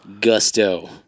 Gusto